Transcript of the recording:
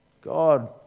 God